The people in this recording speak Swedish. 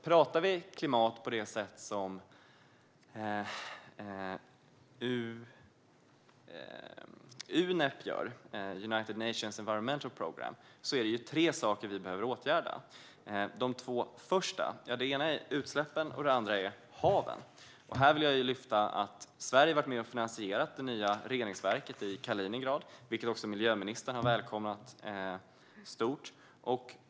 Pratar vi klimat på det sätt som Unep - United Nations Environment Programme - gör kan vi säga att det är tre saker vi behöver åtgärda. De två första är utsläppen och haven. Här vill jag lyfta fram att Sverige har varit med och finansierat det nya reningsverket i Kaliningrad, vilket också miljöministern har välkomnat stort.